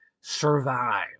survive